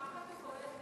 עולה?